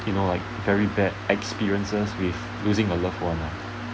you know like very bad experiences with losing your love ones uh